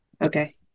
Okay